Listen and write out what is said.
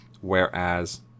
whereas